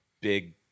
big